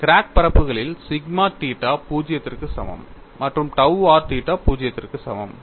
crack பரப்புகளில் sigma theta 0 க்கு சமம் மற்றும் tau r தீட்டா 0 க்கு சமம்